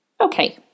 Okay